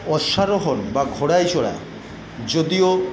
অশ্বারোহণ বা ঘোড়ায় চড়া যদিও